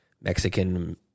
Mexican